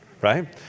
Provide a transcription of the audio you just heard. right